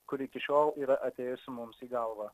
kuri iki šiol yra atėjusi mums į galvą